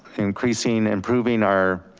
increasing, improving our